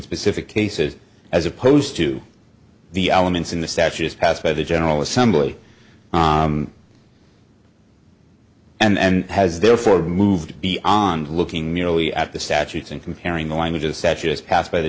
specific cases as opposed to the elements in the statutes passed by the general assembly and has therefore moved beyond looking merely at the statutes and comparing the languages such as passed by the